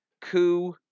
Coup